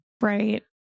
Right